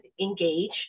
engage